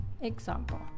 Example